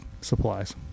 supplies